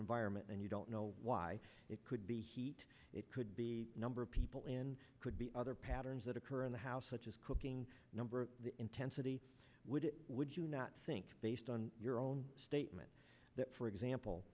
environment and you don't know why it could be heat it could be a number of people in could be other patterns that occur in the house such as cooking number intensity would would you not think based on your own statement that for example